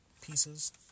pieces